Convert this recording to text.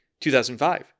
2005